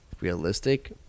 realistic